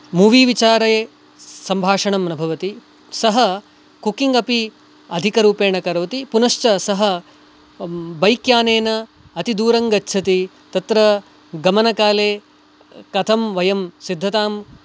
movie विचारे सम्भाषणं न भवति स्ः कुकिङ्ग् अपि अधिकरूपेण करोति पुनश्च सः बैक्यानेन अतिदूरं गच्छति तत्र गमनकाले कथं वयं सिद्धतां